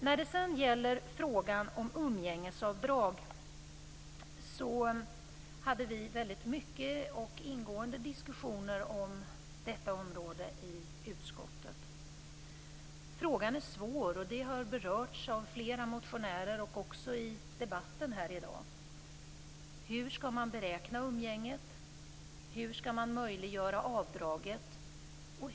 När det sedan gäller frågan om umgängesavdrag hade vi väldigt många och ingående diskussioner om detta i utskottet. Frågan är svår, och det har berörts av flera motionärer och också i debatten här i dag. Hur skall man beräkna umgänget? Hur skall man möjliggöra avdraget?